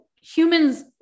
humans